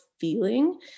feeling